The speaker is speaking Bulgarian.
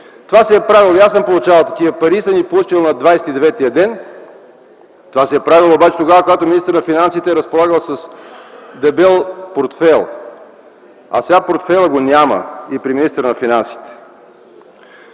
Това се е правело и аз съм получавал такива пари и съм ги получил на 29-я ден. Това се е правело обаче тогава, когато министърът на финансите е разполагал с дебел портфейл, а сега портфейлът го няма и при министъра на финансите.